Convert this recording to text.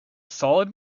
solid